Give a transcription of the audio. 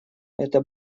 это